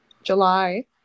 July